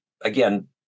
again